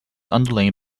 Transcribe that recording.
underlain